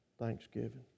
Thanksgiving